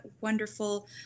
wonderful